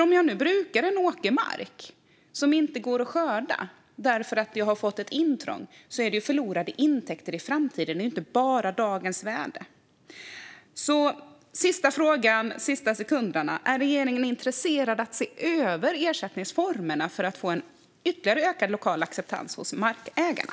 Om jag brukar åkermark där det inte kommer att gå att skörda i framtiden på grund av ett intrång blir det förlorade kommande intäkter. Det är inte bara fråga om dagens värde. Min sista fråga är: Är regeringen intresserad av att se över ersättningsformerna för att få ytterligare ökad lokal acceptans hos markägarna?